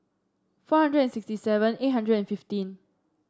four hundred and sixty seven eight hundred and fifteen